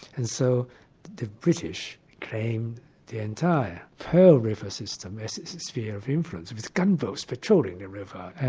and so the british claimed the entire pearl river system as its sphere of influence, with gunboats patrolling the river,